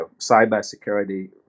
cybersecurity